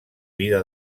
vida